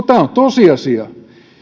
tämä on tosiasia